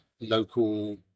local